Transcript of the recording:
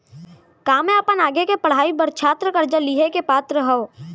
का मै अपन आगे के पढ़ाई बर छात्र कर्जा लिहे के पात्र हव?